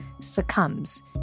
succumbs